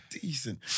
Decent